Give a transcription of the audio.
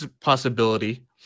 possibility